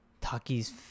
Taki's